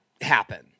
happen